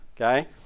Okay